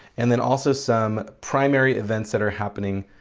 and then also some primary events that are happening